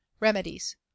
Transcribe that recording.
Remedies